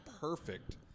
perfect